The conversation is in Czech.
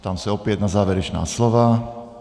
Ptám se opět na závěrečná slova.